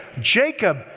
Jacob